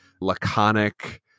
laconic